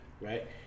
right